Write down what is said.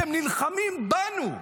אתם נלחמים בנו.